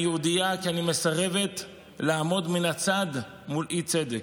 אני יהודייה כי אני מסרבת לעמוד מן הצד מול אי-צדק.